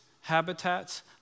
habitats